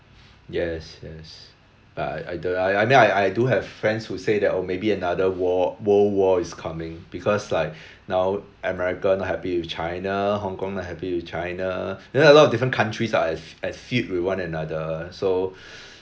yes yes but I I the I I I mean I do have friends who say that oh maybe another war world war is coming because like now america not happy with china hong kong not happy with china then a lot of different countries are at fe~ feud with one another so